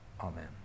Amen